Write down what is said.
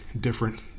different